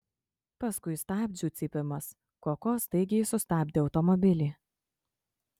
paskui stabdžių cypimas koko staigiai sustabdė automobilį